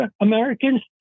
Americans